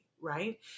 Right